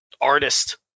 artist